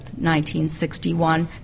1961